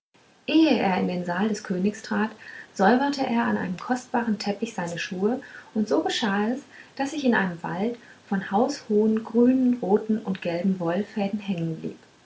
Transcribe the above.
er in den saal des königs trat säuberte er an dem kostbaren teppich seine schuhe und so geschah es daß ich in einem wald von haushohen grünen roten und gelben wollenfäden hängenblieb